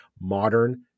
modern